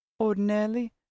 Ordinarily